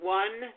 one